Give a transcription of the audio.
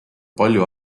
palju